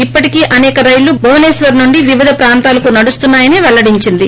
ఇప్పటికి అనేక రైళ్ళు భువసేశ్వర్ నుంచి వివిధ ప్రాంతాలకు ్నడుస్తున్నాయని పెల్లడించింది